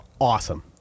awesome